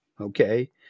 okay